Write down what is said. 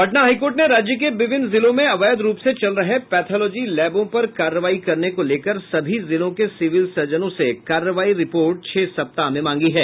Patna high court ने राज्य के विभिन्न जिलों में अवैध रूप से चल रहे पैथोलॉजी लैबों पर कार्रवाई करने को लेकर सभी जिलों के सिविल सर्जनों से कार्रवाई रिपोर्ट छह सप्ताह में मांगी है